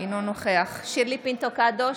אינו נוכח שירלי פינטו קדוש,